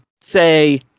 say